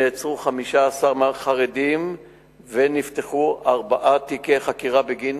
נעצרו 15 חרדים ונפתחו ארבעה תיקי חקירה בגין